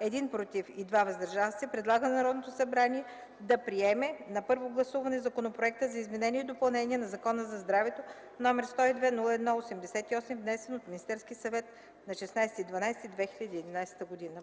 1 „против” и 2 „въздържали се” предлага на Народното събрание да приеме на първо гласуване Законопроект за изменение и допълнение на Закона за здравето, № 102-01-88, внесен от Министерския съвет на 16 декември 2011 г.”